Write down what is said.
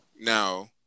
Now